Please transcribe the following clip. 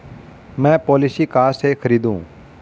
मैं पॉलिसी कहाँ से खरीदूं?